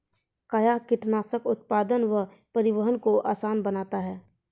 कया कीटनासक उत्पादन व परिवहन को आसान बनता हैं?